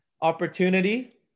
opportunity